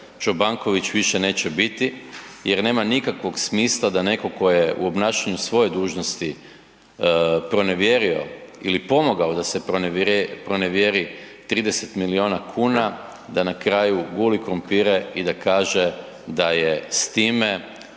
Čobanković, više neće biti jer nema nikakvog smisla da neko ko je u obnašanju svoje dužnosti pronevjerio ili pomogao da se pronevjeri 30 milijuna kuna da na kraju guli krumpire i da kaže da je s time